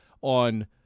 on